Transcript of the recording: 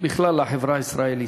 בכלל לחברה הישראלית.